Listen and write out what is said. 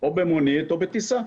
או במונית או בטיסה.